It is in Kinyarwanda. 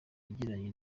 yagiranye